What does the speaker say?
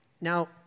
Now